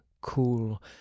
cool